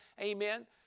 Amen